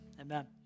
amen